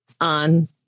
on